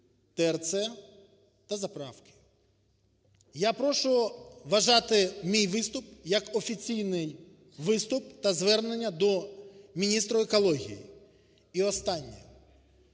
ТРЦ та заправки. Я прошу вважати мій виступ як офіційний виступ та звернення до міністра екології. І останнє.